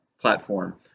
platform